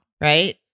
right